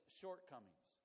shortcomings